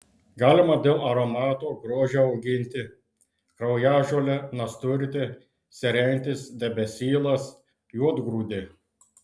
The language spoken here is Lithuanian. galima dėl aromato grožio auginti kraujažolė nasturtė serentis debesylas juodgrūdė